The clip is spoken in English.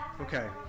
Okay